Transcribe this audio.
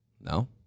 No